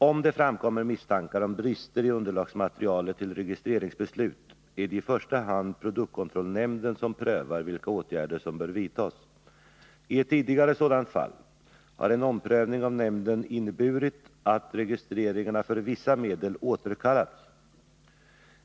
Om det framkommer misstankar om brister i underlagsmaterialet till registreringsbeslut är det i första hand produktkontrollnämnden som prövar vilka åtgärder som bör vidtas. I ett tidigare sådant fall har en omprövning av nämnden inneburit att registreringarna för vissa medel återkallats.